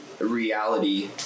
reality